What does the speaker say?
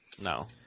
No